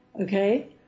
Okay